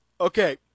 Okay